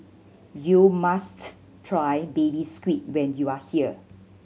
you must try Baby Squid when you are here